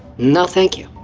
no thank you,